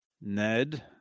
Ned